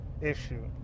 issue